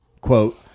Quote